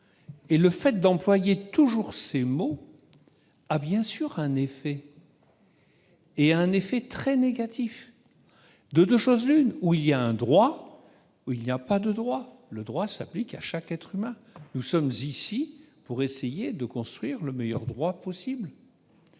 et le fait d'employer toujours ces mots a, bien sûr, un effet, et un effet très négatif. De deux choses l'une : ou il y a un droit ou il n'y en a pas. Le droit s'applique à chaque être humain. Nous sommes ici pour essayer de construire le meilleur droit possible.